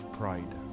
pride